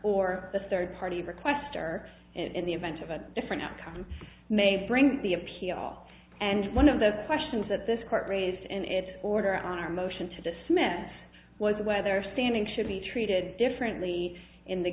or the third party request or in the event of a different outcome may bring the appeal and one of the questions that this court raised in its order on our motion to dismiss was whether standing should be treated differently in the